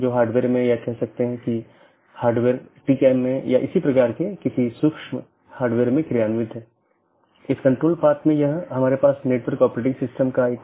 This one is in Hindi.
और जब यह विज्ञापन के लिए होता है तो यह अपडेट संदेश प्रारूप या अपडेट संदेश प्रोटोकॉल BGP में उपयोग किया जाता है हम उस पर आएँगे कि अपडेट क्या है